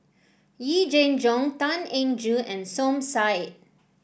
Yee Jenn Jong Tan Eng Joo and Som Said